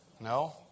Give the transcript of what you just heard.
No